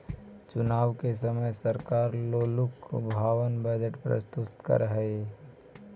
चुनाव के समय सरकार लोकलुभावन बजट प्रस्तुत करऽ हई